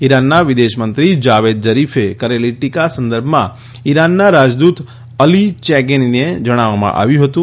ઇરાનના વિદેશમંત્રી જાવેદ ઝરીફે કરેલી ટીકા સંદર્ભમાં ઇરાનના રાજદૂત અલી ચેગેનીને જણાવવામાં આવ્યું હતું